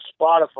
Spotify